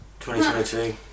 2022